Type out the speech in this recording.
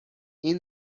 این